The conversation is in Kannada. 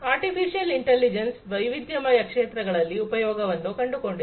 ಆರ್ಟಿಫಿಶಿಯಲ್ ಇಂಟಲಿಜೆನ್ಸ್ ವೈವಿಧ್ಯಮಯ ಕ್ಷೇತ್ರಗಳಲ್ಲಿ ಉಪಯೋಗವನ್ನು ಕಂಡುಕೊಂಡಿದೆ